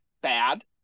bad